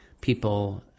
People